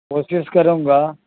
کوشش کروں گا